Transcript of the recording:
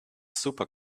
super